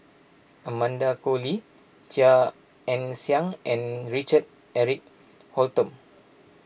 Amanda Koe Lee Chia Ann Siang and Richard Eric Holttum